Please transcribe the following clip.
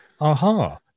Aha